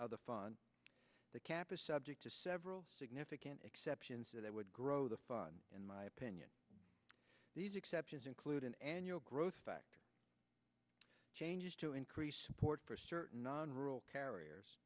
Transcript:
of the fund the cap is subject to several significant exceptions that would grow the fun in my opinion these exceptions include an annual growth factor changes to increase support for certain non rural carriers